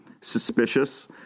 suspicious